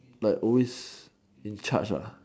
like always in charge